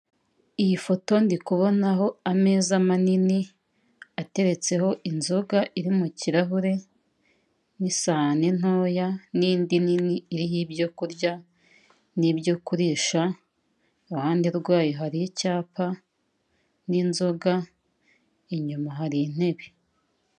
Iyi foto ndikubonaho ameza manini ateretseho inzoga iri mu kirahure n'isahane ntoya n'indi nini iriho ibyo kurya n'ibyo kurisha, iruhande rwayo hari icyapa n'inzoga, inyuma hari intebe.